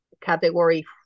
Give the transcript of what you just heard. Category